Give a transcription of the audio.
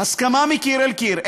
הסכמה מקיר אל קיר.